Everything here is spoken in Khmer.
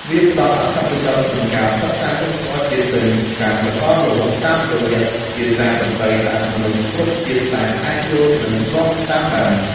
វាផ្ដល់អត្ថប្រយោជន៍ក្នុងការផ្សព្វផ្សាយវប្បធម៌ជាតិទៅកាន់សកលលោក តាមរយៈភាសាតន្ត្រីដែលមនុស្សគ្រប់ជាតិសាសន៍អាចយល់ និងរាំតាមបាន។